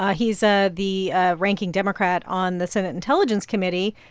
ah he's ah the ah ranking democrat on the senate intelligence committee,